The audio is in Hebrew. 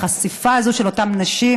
החשיפה הזו של אותן נשים